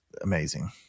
amazing